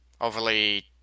overly